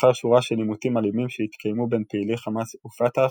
לאחר שורה של עימותים אלימים שהתקיימו בין פעילי חמאס ופת"ח,